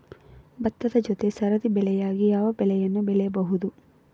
ಭತ್ತದ ಜೊತೆ ಸರದಿ ಬೆಳೆಯಾಗಿ ಯಾವ ಬೆಳೆಯನ್ನು ಬೆಳೆಯಬಹುದು?